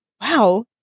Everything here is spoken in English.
Wow